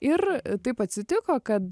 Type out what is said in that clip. ir taip atsitiko kad